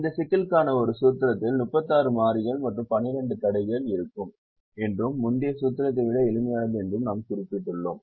இந்த சிக்கலுக்கான ஒரு சூத்திரத்தில் 36 மாறிகள் மற்றும் 12 தடைகள் இருக்கும் என்றும் முந்தைய சூத்திரத்தை விட எளிமையானது என்றும் நாம் குறிப்பிட்டுள்ளோம்